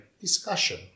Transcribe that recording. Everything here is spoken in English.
discussion